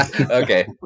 Okay